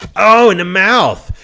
oh, in the mouth!